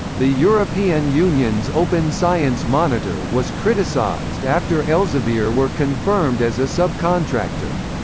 the european union's open science monitor was criticised after elsevier were confirmed as a subcontractor.